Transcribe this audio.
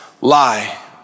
lie